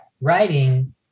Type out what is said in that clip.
writing